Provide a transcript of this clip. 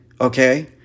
Okay